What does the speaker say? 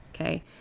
Okay